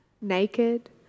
naked